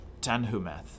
Tanhumeth